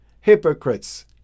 hypocrites